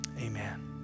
amen